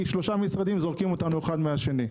כי שלושה משרדים זורקים אותנו מאחד לשני.